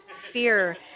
fear